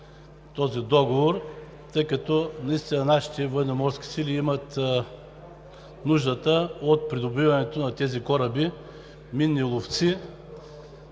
наистина нашите Военноморски сили имат нуждата от придобиването на тези кораби минни ловци.